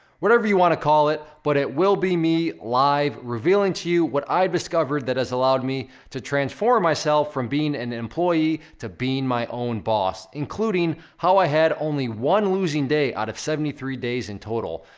whatever you want to call it, but it will be me live revealing to you what i discovered that has allowed me to transform myself from being an employee, to being my own boss, including, how i had only one losing day out of seventy three days in total.